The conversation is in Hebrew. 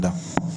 תודה.